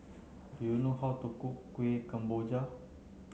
do you know how to cook Kueh Kemboja